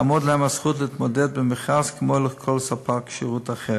תעמוד להן הזכות להתמודד במכרז כמו לכל ספק שירות אחר.